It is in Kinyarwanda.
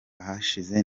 ahashize